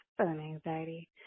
anxiety